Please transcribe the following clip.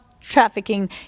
trafficking